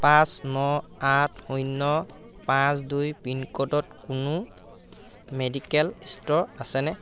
পাঁচ ন আঠ শূন্য পাঁচ দুই পিনক'ডত কোনো মেডিকেল ষ্ট'ৰ আছেনে